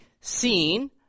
seen